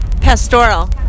Pastoral